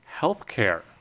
healthcare